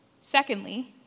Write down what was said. Secondly